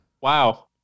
Wow